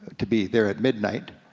to be there at midnight,